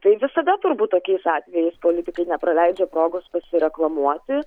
tai visada turbūt tokiais atvejais politikai nepraleidžia progos pasireklamuoti